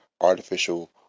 artificial